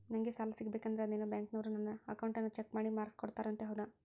ನಂಗೆ ಸಾಲ ಸಿಗಬೇಕಂದರ ಅದೇನೋ ಬ್ಯಾಂಕನವರು ನನ್ನ ಅಕೌಂಟನ್ನ ಚೆಕ್ ಮಾಡಿ ಮಾರ್ಕ್ಸ್ ಕೋಡ್ತಾರಂತೆ ಹೌದಾ?